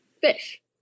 fish